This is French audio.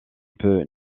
peut